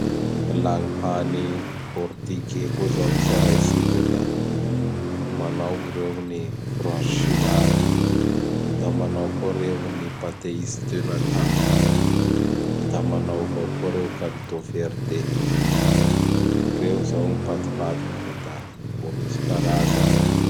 Lah gny hany Portugais koa zao gn tsaraitsika da manao reo gn ny Franshina, da manao koa reo ny Pateis de nata, da manao avao koa reo Kaldô Verde. Reo zao gn patipatiny fa da mbô misy karazany agny.